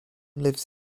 lives